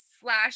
slash